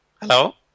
Hello